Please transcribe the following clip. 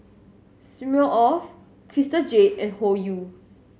Smirnoff Crystal Jade and Hoyu